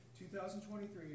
2023